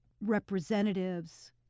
representatives